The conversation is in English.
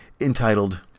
entitled